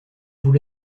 vous